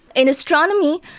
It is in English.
in astronomy,